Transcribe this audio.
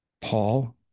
Paul